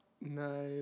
No